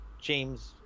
James